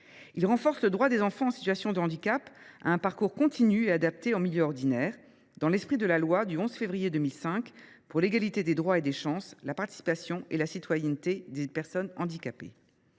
Il renforce le droit des enfants en situation de handicap à un parcours continu et adapté en milieu ordinaire, dans l’esprit de la loi du 11 février 2005 pour l’égalité des droits et des chances, la participation et la citoyenneté des personnes handicapées.